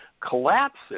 collapses